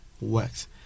works